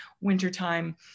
wintertime